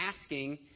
asking